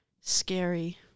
Scary